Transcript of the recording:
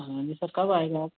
हाँ जी सर कब आऍंगे आप